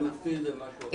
חלופי זה משהו אחר.